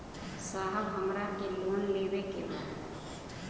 साहब हमरा के लोन लेवे के बा